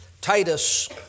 Titus